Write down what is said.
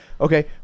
Okay